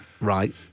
right